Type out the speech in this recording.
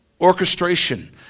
orchestration